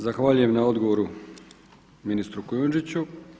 Zahvaljujem na odgovoru ministru Kujundžiću.